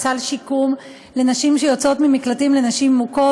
לסל שיקום לנשים שיוצאות ממקלטים לנשים מוכות.